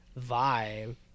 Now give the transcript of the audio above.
vibe